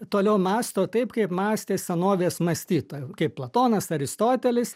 toliau mąsto taip kaip mąstė senovės mąstytojai kaip platonas aristotelis